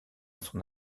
son